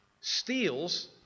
steals